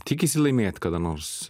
tikisi laimėt kada nors